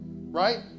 right